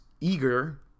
eager